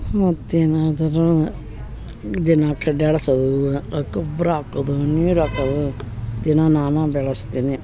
ಮತ್ತೇನಾದರೂ ದಿನಾ ಕಡ್ಡಿ ಆಡಿಸೊದು ಗೊಬ್ಬರ ಹಾಕೋದು ನೀರು ಹಾಕೋದು ದಿನ ನಾನೇ ಬೆಳೆಸ್ತೀನಿ